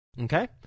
Okay